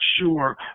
sure